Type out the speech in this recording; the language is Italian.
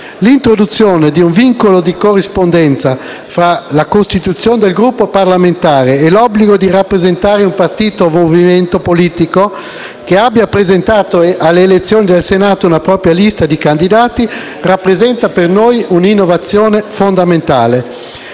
L'introduzione di un vincolo di corrispondenza fra la costituzione del Gruppo parlamentare e l'obbligo di rappresentare un partito o movimento politico che abbia presentato alle elezioni del Senato una propria lista di candidati rappresenta per noi una innovazione fondamentale.